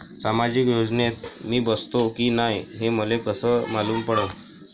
सामाजिक योजनेत मी बसतो की नाय हे मले कस मालूम पडन?